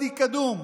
בוואדי קדום,